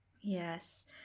yes